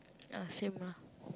ah same lah